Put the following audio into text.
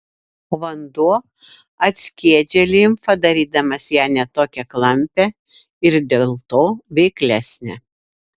o vanduo atskiedžia limfą darydamas ją ne tokią klampią ir dėl to veiklesnę